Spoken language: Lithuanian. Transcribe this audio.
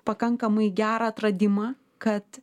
pakankamai gerą atradimą kad